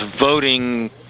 voting